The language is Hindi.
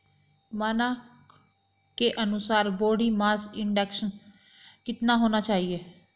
मानक के अनुसार बॉडी मास इंडेक्स कितना होना चाहिए?